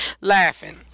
Laughing